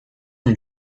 and